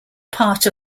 part